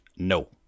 No